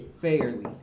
fairly